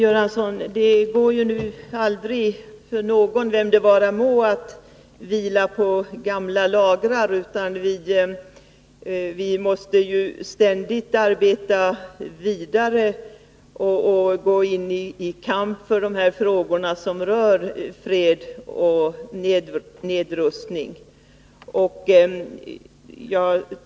Fru talman! Det går aldrig, Olle Göransson, för någon — vem det vara må — att vila på gamla lagrar, utan här måste vi ständigt arbeta vidare och gå in i kampen för de frågor som rör fred och nedrustning.